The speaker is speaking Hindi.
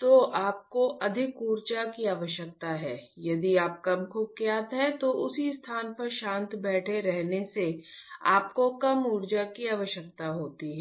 तो आपको अधिक ऊर्जा की आवश्यकता है यदि आप कम कुख्यात हैं तो उसी स्थान पर शांत बैठे रहने से आपको कम ऊर्जा की आवश्यकता होती है